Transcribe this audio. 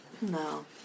No